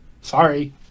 Sorry